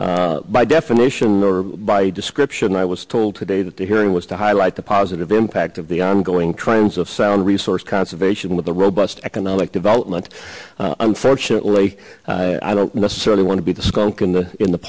economy by definition or by description i was told today that the hearing was to highlight the positive impact of the ongoing trends of sound resource conservation with a robust economic development unfortunately i don't necessarily want to be the skunk in the in the